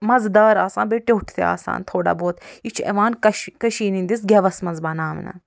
مزٕدار آسان بیٚیہِ ٹیوٚٹھ تہِ آسان تھوڑا بہت یہِ چھُ یِوان کَش کشیٖرِ ہِنٛدِس گیوَس منٛز بناونہٕ